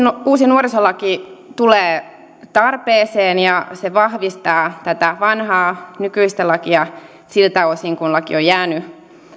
olla uusi nuorisolaki tulee tarpeeseen ja se vahvistaa tätä vanhaa nykyistä lakia siltä osin kun laki on jäänyt